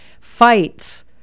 fights